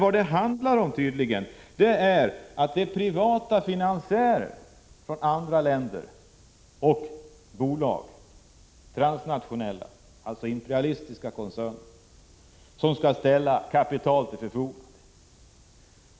Vad det tydligen handlar om är att privata finansiärer från andra länder och transnationella bolag — alltså imperialistiska koncerner — skall ställa kapital till förfogande.